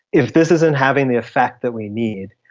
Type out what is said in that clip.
if this isn't having the effect that we need,